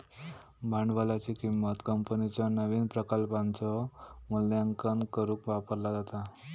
भांडवलाची किंमत कंपनीच्यो नवीन प्रकल्पांचो मूल्यांकन करुक वापरला जाता